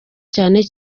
cyane